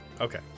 Okay